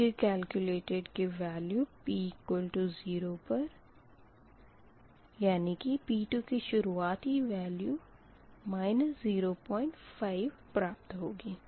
P2 calculated की value p0 पर यानी कि P2 की शुरुआती वेल्यू 05 प्राप्त होगी